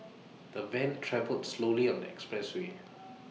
the van travelled slowly on the expressway